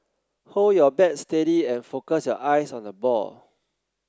hold your bat steady and focus your eyes on the ball